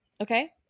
Okay